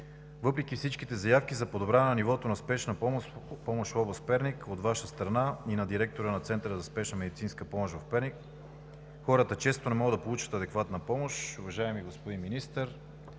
Въпреки всичките заявки за подобряване на нивото на спешната помощ в област Перник от Ваша страна и на директора на Центъра за спешна медицинска помощ в Перник хората често не могат да получат адекватна помощ. Уважаеми господин Министър,